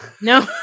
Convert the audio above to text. No